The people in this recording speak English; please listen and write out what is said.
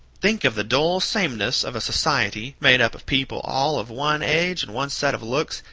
think of the dull sameness of a society made up of people all of one age and one set of looks,